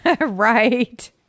right